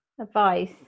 advice